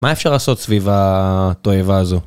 מה אפשר לעשות סביב התועבה הזו?